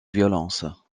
violences